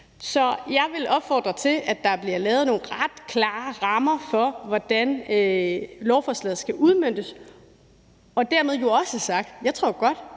Så jeg vil opfordre til, at der bliver lavet nogle ret klare rammer for, hvordan lovforslaget skal udmøntes. Dermed også sagt, at jeg tror godt,